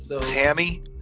Tammy